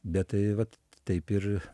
bet tai vat taip ir